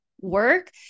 work